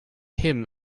hymn